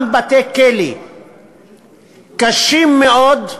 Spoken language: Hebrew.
גם בתי-כלא קשים מאוד,